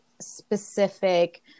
specific